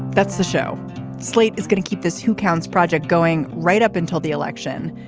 that's the show slate is going to keep this who counts project going right up until the election.